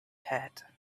had